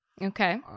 Okay